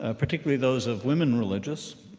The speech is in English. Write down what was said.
ah particularly those of women religious,